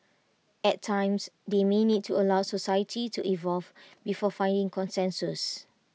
at times they may need to allow society to evolve before finding consensus